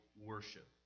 worship